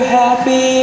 happy